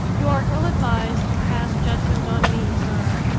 you're ill-advised to pass judgment on me, sir.